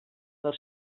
del